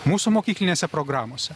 mūsų mokyklinėse programose